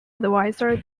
advisor